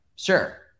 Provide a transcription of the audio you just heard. Sure